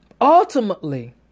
ultimately